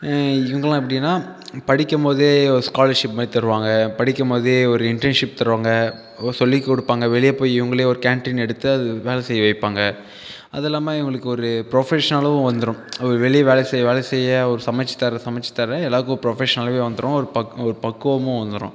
இவங்கள்லாம் எப்படினால் படிக்கும்போதே ஸ்காலர்ஷிப் மாதிரி தருவாங்க படிக்கும்போதே ஒரு இன்டர்ன்ஷிப் தருவாங்க சொல்லிக் கொடுப்பாங்க வெளியே போய் இவங்களே ஒரு கேண்டீன் எடுத்து அது வேலை செய்ய வைப்பாங்க அதுவும் இல்லாமல் இவங்களுக்கு ஒரு ப்ரொஃபஷனலும் வந்துரும் வெளியே வேலை செய்ய வேலை செய்ய ஒரு சமைத்து தர சமைத்து தர எல்லாருக்குமே ப்ரொஃபஷனலாகவே வந்துடும் ஒரு பக் ஒரு பக்குவமும் வந்துடும்